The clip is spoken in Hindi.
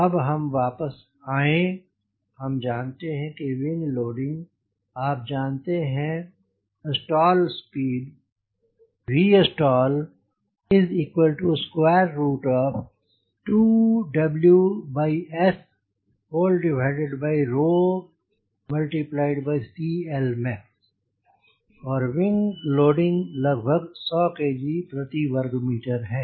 अब हम वापस आएं हम जानते हैं विंग लोडिंग आप जानते हैं स्टाल स्पीड Vstall 2WSCLmax और विंग लोडिंग लगभग 100 kg प्रति वर्ग मीटर है